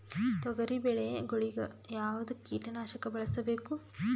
ತೊಗರಿಬೇಳೆ ಗೊಳಿಗ ಯಾವದ ಕೀಟನಾಶಕ ಬಳಸಬೇಕು?